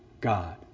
God